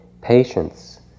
Patience